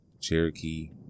cherokee